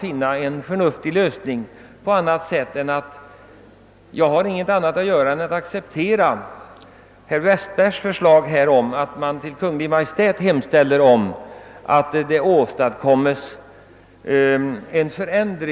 Den enda framkomliga vägen att nå en förnuftig lösning synes mig därför vara att acceptera herr Westbergs förslag att riksdagen i skrivelse till Kungl. Maj:t skall hemställa om en översyn av hithörande bestämmelser.